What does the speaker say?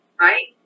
Right